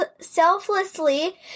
selflessly